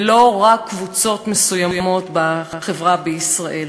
ולא רק קבוצות מסוימות בחברה בישראל.